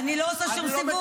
אני לא עושה שום סיבוב.